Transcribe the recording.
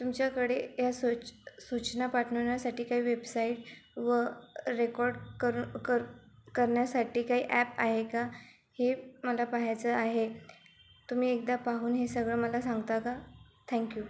तुमच्याकडे या सूच सूचना पाठविण्यासाठी काही वेबसाईट व रेकॉर्ड कर कर करण्यासाठी काही ॲप आहे का हे मला पहायचं आहे तुम्ही एकदा पाहून हे सगळं मला सांगता का थँक्यू